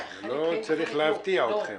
זה לא צריך להפתיע אתכם.